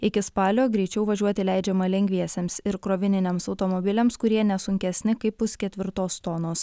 iki spalio greičiau važiuoti leidžiama lengviesiems ir krovininiams automobiliams kurie ne sunkesni kaip pusketvirtos tonos